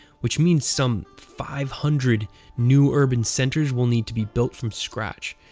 which means some five hundred new urban centers will need to be built from scratch.